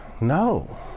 no